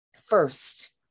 first